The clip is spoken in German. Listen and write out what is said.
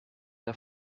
der